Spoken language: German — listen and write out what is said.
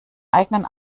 eigenen